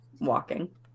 walking